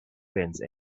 fence